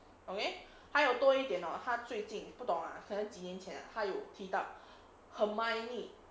okay 还有多一点哦他最近不懂啊和几年前 ah 他有提到 hermoine